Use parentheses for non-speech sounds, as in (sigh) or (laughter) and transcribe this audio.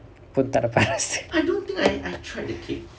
pun tak dapat rasa (laughs)